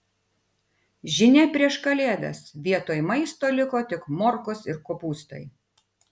žinia prieš kalėdas vietoj maisto liko tik morkos ir kopūstai